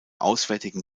auswärtigen